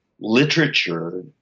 literature